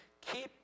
keep